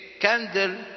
candle